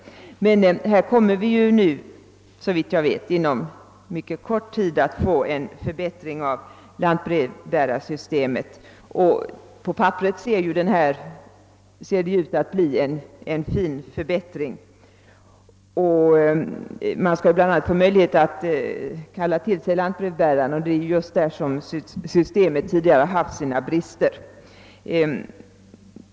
Såvitt jag vet kommer lantbrevbärarsystemet emellertid snart att förbättras. På papperet ser det ut att bli en god förbättring. Det skall bl.a. bli möjligt att kalla till sig lantbrevbäraren, och det är just i detta avseende som dagens system varit bristfälligt.